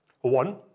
One